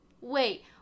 Wait